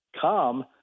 come